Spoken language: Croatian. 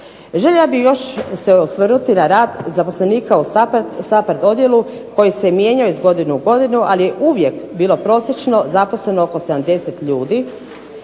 Željela bih se još osvrnuti na rad zaposlenika u SAPHARD odijelu koji se mijenjao iz godine u godinu ali je uvijek bilo prosječno zaposleno oko 70 ljudi.